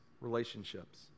relationships